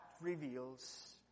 reveals